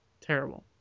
Terrible